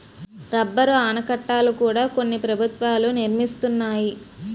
rubber ఆనకట్టల కూడా కొన్ని ప్రభుత్వాలు నిర్మిస్తున్నాయి